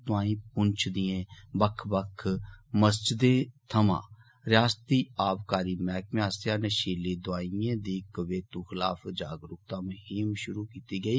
तोआई पुछ दियें बक्ख बक्ख मसीतें थमां रियासती आवकारी मैह्कमें आस्सेआ नशीली दोआईयें दी केवतू खलाफ जागरूकता मुहिम शुरू कीती गेई